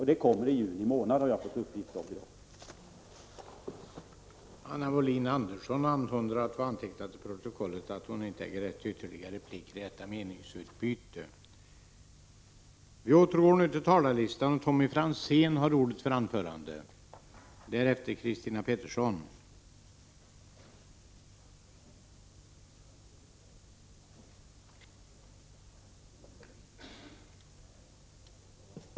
Jag har i dag fått uppgift om att det kommer i juni månad.